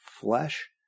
flesh